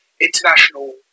international